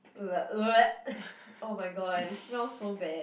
oh-my-god it smells so bad